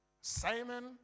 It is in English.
Simon